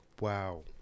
Wow